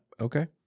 Okay